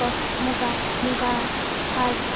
টচ মুগা মুগাৰ সাজ